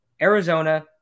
Arizona